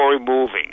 moving